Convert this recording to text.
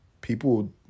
People